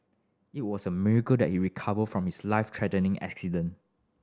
it was a miracle that he recovered from his life threatening accident